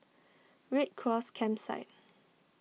Red Cross Campsite